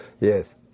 Yes